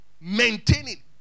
maintaining